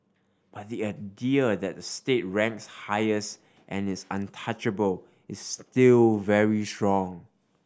but the idea that the state ranks highest and is untouchable is still very strong